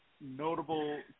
notable